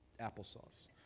applesauce